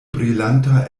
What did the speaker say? brilanta